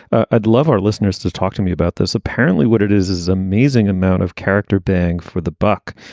i'd love our listeners to talk to me about this. apparently what it is is amazing amount of character bang for the buck.